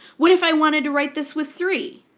what if i wanted to write this with three?